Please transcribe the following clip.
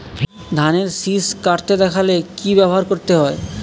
ধানের শিষ কাটতে দেখালে কি ব্যবহার করতে হয়?